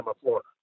Florida